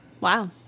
Wow